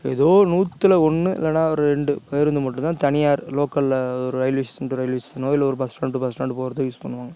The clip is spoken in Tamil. ஏதோ நூற்றில ஒன்று இல்லைனா ரெண்டு பேருந்து மட்டும்தான் தனியார் லோக்கலில் ரயில்வேஸ் ரயில்வேஸ் இல்லனா ஒரு bus stand to bus stand போகிறதுக்கு யூஸ் பண்ணுவாங்க